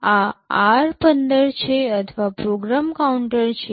આ r15 છે અથવા પ્રોગ્રામ કાઉન્ટર છે